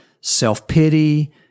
self-pity